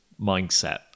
mindset